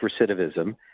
recidivism